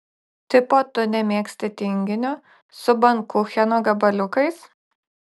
tipo tu nemėgsti tinginio su bankucheno gabaliukais